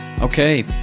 Okay